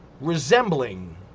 resembling